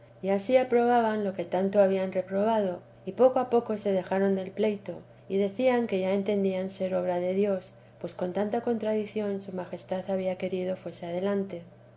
y ansí aprobaban lo que tanto habían reprobado y poco a poco se dejaron del pleito y decían que ya entendían ser obra de dios pues con tanta contradición su majestad había querido fuese adelante